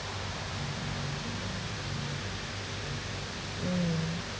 mm